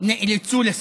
נאלצו לסגת.